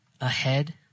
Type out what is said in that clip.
ahead